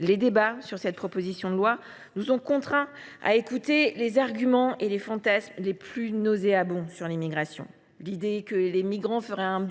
Les débats autour de cette proposition de loi nous ont contraints à écouter les arguments et les fantasmes les plus nauséabonds sur l’immigration : l’idée que les migrants se livreraient à un,